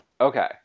Okay